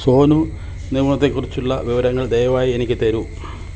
സോനു നിഗത്തെക്കുറിച്ചുള്ള വിവരങ്ങൾ ദയവായി എനിക്ക് തരുക